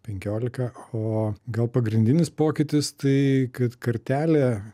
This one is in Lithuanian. penkiolika o gal pagrindinis pokytis tai kad kartelė